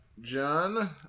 John